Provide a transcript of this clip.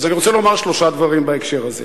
אני רוצה לומר שלושה דברים בהקשר הזה.